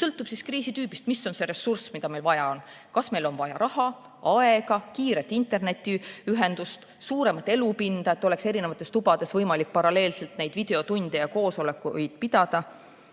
Sõltub kriisitüübist, mis on see ressurss, mida meil vaja on. Kas meil on vaja raha, aega, kiiret internetiühendust, suuremat elamispinda, et oleks eri tubades võimalik paralleelselt videotunde ja koosolekuid pidada?